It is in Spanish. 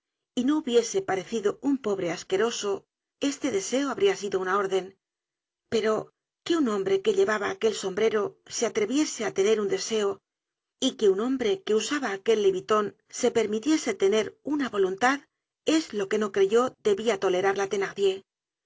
y no hubiese parecido un pobre asqueroso este deseo habría sido una orden pero que un hombre que llevaba aquel sombrero se atreviese á tener un deseo y que un hombre que usaba aquel leviton se permitiese tener una voluntad es lo que no creyó debia tolerar la